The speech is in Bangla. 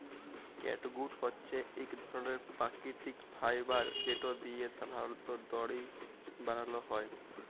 ক্যাটগুট হছে ইক ধরলের পাকিতিক ফাইবার যেট দিঁয়ে সাধারলত দড়ি বালাল হ্যয়